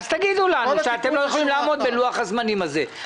אז תגידו לנו שאתם לא יכולים לעמוד בלוח הזמנים הזה,